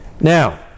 Now